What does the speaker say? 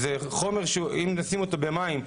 זה חומר שאם נשים אותו במים,